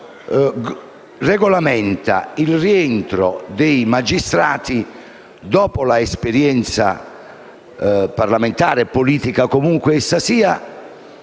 esso regolamenta il rientro dei magistrati dopo l'esperienza parlamentare e politica, qualunque essa sia,